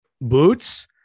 boots